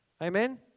Amen